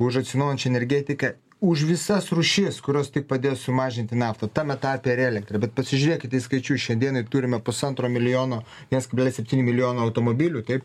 už atsinaujinančią energetiką už visas rūšis kurios tik padės sumažinti naftą tame tarpe ir elektrą bet pasižiūrėkite į skaičius šian dienai turime pusantro milijono vienas septyni milijono automobilių kaip